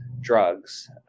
drugs